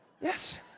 Yes